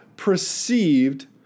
perceived